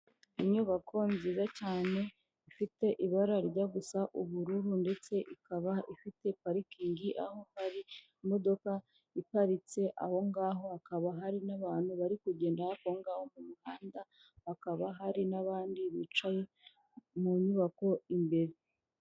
Inyubako nziza cyane ifite ibara rijya gusa ubururu ndetse ikaba ifite parikingi, aho hari imodoka iparitse aho ngaho, hakaba hari n'abantu bari kugenda hafi aho ngaho mu muhanda, hakaba hari n'abandi bicaye mu nyubako imbere.